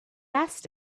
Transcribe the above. asked